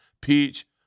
peach